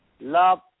Love